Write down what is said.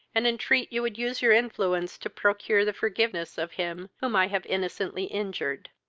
and entreat you would use your influence to procure the forgiveness of him whom i have innocently injured.